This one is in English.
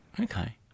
Okay